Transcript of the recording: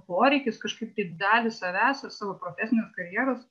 poreikis kažkaip tai dalį savęs ar savo profesinės karjeros